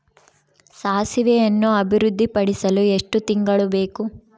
ಸಾಸಿವೆಯನ್ನು ಅಭಿವೃದ್ಧಿಪಡಿಸಲು ಎಷ್ಟು ತಿಂಗಳು ಬೇಕು?